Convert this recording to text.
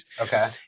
Okay